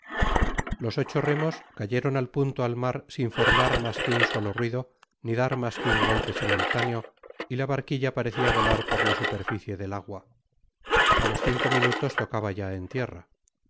los ocho remos cayeron al punto al mar sin formar mas que un solo ruido ni dar mas que un golpe simultáneo y la barquilla parecia volar por la superficie del agua a los cinco minutos tocaba ya en tierra